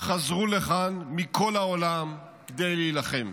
חזרו לכאן מכל העולם כדי להילחם,